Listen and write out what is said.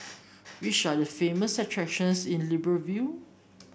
which are the famous attractions in Libreville